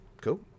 Cool